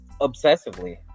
obsessively